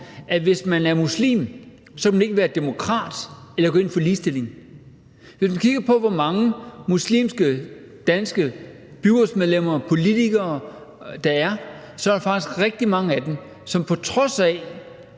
at hvis man er muslim, kan man ikke være demokrat eller gå ind for ligestilling. Hvis vi kigger på, hvor mange muslimske danske byrådsmedlemmer og politikere, der er, er der faktisk rigtig mange af dem, som på trods af